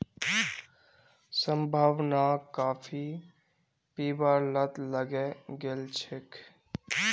संभावनाक काफी पीबार लत लगे गेल छेक